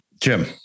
Jim